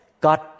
God